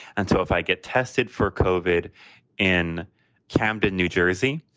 and so if i get tested for coded in camden, new jersey,